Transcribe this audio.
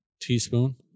teaspoon